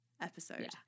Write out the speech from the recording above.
episode